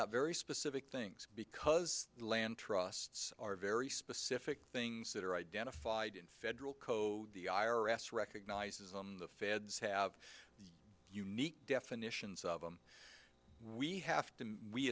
out very specific things because land trusts are very specific things that are identified in federal code the i r s recognizes them the feds have unique definitions of them we have to we